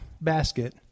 basket